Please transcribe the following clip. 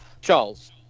Charles